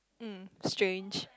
mm strange